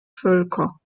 völker